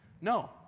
No